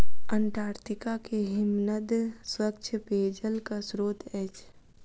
Antarctica के हिमनद स्वच्छ पेयजलक स्त्रोत अछि